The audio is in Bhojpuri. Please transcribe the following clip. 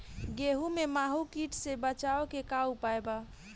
गेहूँ में माहुं किट से बचाव के का उपाय बा?